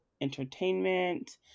entertainment